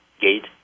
gate